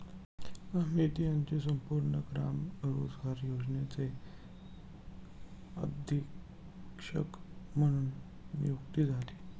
अमित यांची संपूर्ण ग्राम रोजगार योजनेचे अधीक्षक म्हणून नियुक्ती झाली